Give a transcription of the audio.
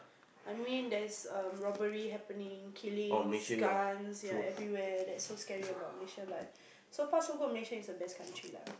I mean that's a robbery happening killing gun yeah everywhere that is so scary about Malaysia but so far so good Malaysia is the best country lah